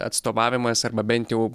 atstovavimas arba bent jau